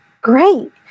Great